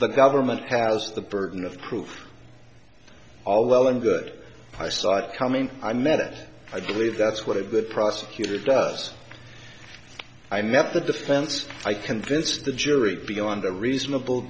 the government has the burden of proof all well and good eyesight coming i met i believe that's what a good prosecutor does i met the defense i convinced the jury beyond a reasonable